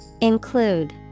Include